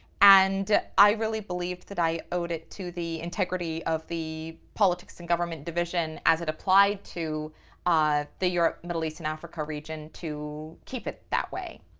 and i really believed that i owed it to the integrity of the politics and government division as it applied to the europe, middle east and africa region to keep it that way.